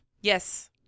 yes